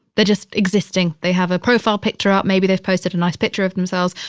they're just existing. they have a profile picture up. maybe they've posted a nice picture of themselves.